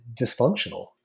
dysfunctional